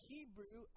Hebrew